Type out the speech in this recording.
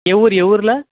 Yeoor येऊरला